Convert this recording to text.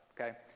okay